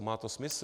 Má to smysl?